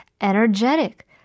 energetic